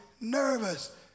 nervous